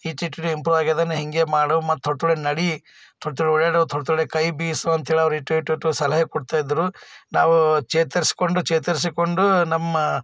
ಈ ಈಟೀಟರೆ ಇಂಪ್ರೂವ್ ಆಗಿದೆ ನೀ ಹಿಂಗೆ ಮಾಡು ಮತ್ತೆ ಥೊಡೆ ಥೊಡೆ ನಡೆ ಥೊಡೆ ಥೊಡೆ ಓಡಾಡು ಥೊಡೆ ಥೊಡೆ ಕೈಬೀಸು ಅಂತ್ಹೇಳಿ ಅವ್ರಿಗೆ ಈಟೀಟೀಟು ಸಲಹೆ ಕೊಡ್ತಾಯಿದ್ರು ನಾವು ಚೇತರಿಸ್ಕೊಂಡು ಚೇತರಿಸಿಕೊಂಡು ನಮ್ಮ